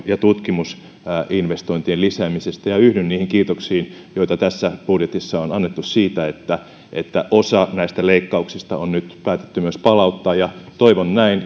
ja tutkimusinvestointien lisäämistä ja yhdyn niihin kiitoksiin joita tässä budjetissa on annettu siitä että että osa näistä leikkauksista on nyt päätetty myös palauttaa toivon näin